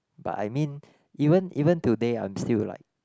but I mean even even today I'm still like